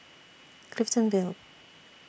Clifton Vale